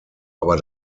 aber